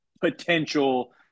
potential –